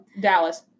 Dallas